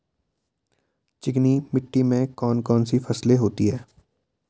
चिकनी मिट्टी में कौन कौन सी फसलें होती हैं?